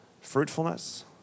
Fruitfulness